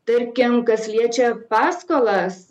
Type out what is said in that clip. tarkim kas liečia paskolas